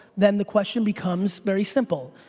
then the question becomes very simple.